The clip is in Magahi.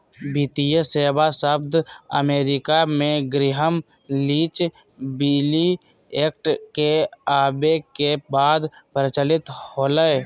वित्तीय सेवा शब्द अमेरिका मे ग्रैहम लीच बिली एक्ट के आवे के बाद प्रचलित होलय